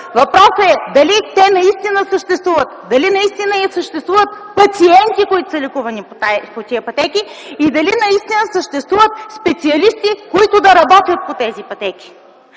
съществуват, дали наистина съществуват пациенти, лекувани по тези пътеки, дали наистина съществуват специалисти, които да работят по тези пътеки.